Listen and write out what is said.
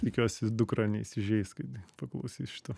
tikiuosi dukra neįsižeis kai paklausys šito